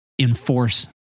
enforce